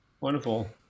Wonderful